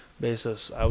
basis